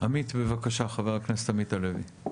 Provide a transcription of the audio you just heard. עמית בבקשה חבר הכנסת עמית הלוי.